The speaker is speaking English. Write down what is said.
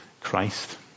Christ